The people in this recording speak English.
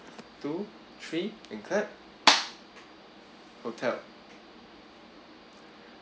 two three and clap hotel